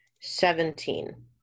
seventeen